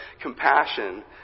compassion